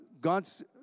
God's